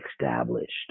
established